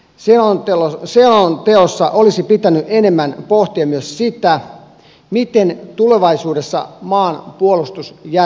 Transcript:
se on pelon sija on selonteossa olisi pitänyt enemmän pohtia myös sitä miten tulevaisuudessa maanpuolustus järjestetään